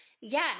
Yes